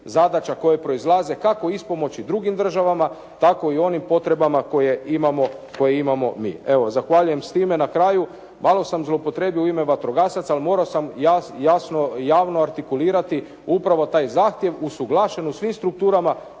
zadaća koje proizlaze kako u ispomoći drugim državama, tako i onim potrebama koje imamo mi. Evo, zahvaljujem s time na kraju. Malo sam zloupotrijebio u ime vatrogasaca, ali morao sam jasno, javno artikulirati upravo taj zahtjev usuglašen u svim strukturama